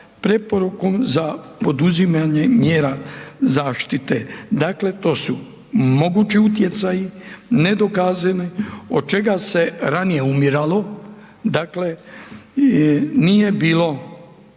preporukom za poduzimanjem mjera zaštite. Dakle to su mogući utjecaji, nedokazani od čega se ranije umiralo, dakle nije bilo